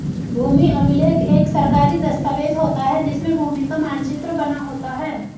भूमि अभिलेख एक सरकारी दस्तावेज होता है जिसमें भूमि का मानचित्र बना होता है